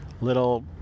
little